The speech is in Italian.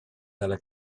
dalla